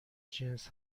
جنس